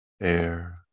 air